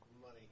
Money